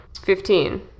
Fifteen